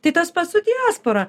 tai tas pats su diaspora